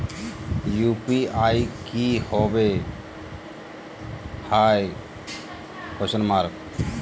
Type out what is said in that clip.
UPI की होवे हय?